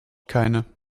keine